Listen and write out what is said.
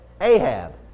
Ahab